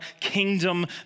kingdom